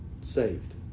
saved